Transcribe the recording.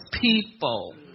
people